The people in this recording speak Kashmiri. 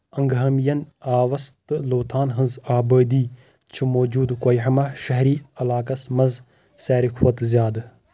انگامی ین، آوس تہٕ لوتھاہن ہنز آبادی چھ موٗجوٗدٕ کوہیما شہری علاقس مَنٛز ساروے کھوتہٕ زیادٕ